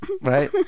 right